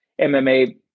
MMA